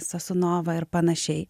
sasunovą ir panašiai